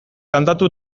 kantatu